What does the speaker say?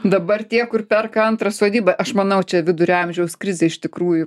dabar tie kur perka antrą sodybą aš manau čia vidurio amžiaus krizė iš tikrųjų